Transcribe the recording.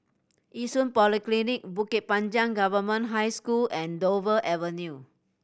Yishun Polyclinic Bukit Panjang Government High School and Dover Avenue